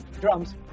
Drums